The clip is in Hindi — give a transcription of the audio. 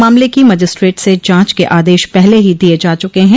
मामले की मजिस्ट्रेट से जांच के आदेश पहले ही दिये जा चुके हैं